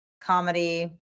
comedy